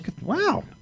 Wow